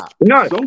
No